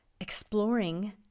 exploring